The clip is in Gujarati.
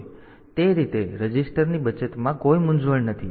તેથી તે રીતે રજીસ્ટરની બચતમાં કોઈ મૂંઝવણ નથી